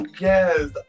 Yes